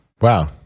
Wow